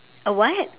a what